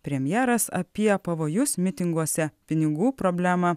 premjeras apie pavojus mitinguose pinigų problemą